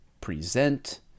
present